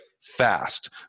fast